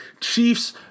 Chiefs